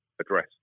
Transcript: address